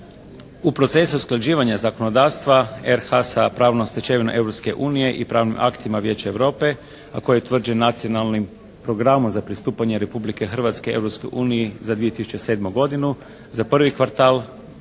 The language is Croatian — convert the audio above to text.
U procesu usklađivanja zakonodavstva RH-a sa pravnom stečevinom Europske unije i pravnim aktima Vijeća Europe, a koji je utvrđen nacionalnim programom za pristupanje Republike Hrvatske Europskoj uniji za 2007. godinu, za prvi kvartal